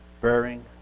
bearing